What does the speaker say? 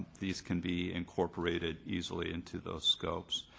these can be incorporated easily into those scopes.